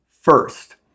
first